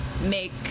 make